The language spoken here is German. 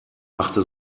machte